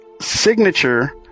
signature